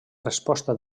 resposta